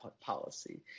policy